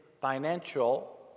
financial